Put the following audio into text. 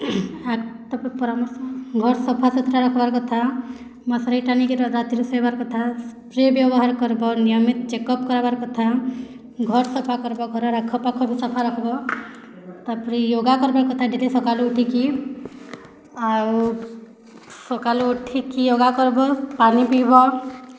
ପରାମର୍ଶ ଘର୍ ସଫାସୁତୁରା ରଖବାର୍ କଥା ମଶାରି ଟାଣିକରି ରାତିରେ ଶୋଇବାର୍ କଥା ସ୍ପ୍ରେ ବ୍ୟବହାର୍ କରିବ ନିୟମିତ ଚେକ୍ ଅପ୍ କରବାର୍ କଥା ଘର୍ ସଫା କରବ ଘରର୍ ଆଖପାଖକୁ ସଫା ରଖବ ତାପରେ ୟୋଗା କରବାର୍ କଥା ଟିକେ ସକାଲୁ ଉଠିକି ଆଉ ସକାଳୁ ଉଠିକି ୟୋଗା କରବ ପାନୀ ପିଇବ